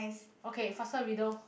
okay faster riddle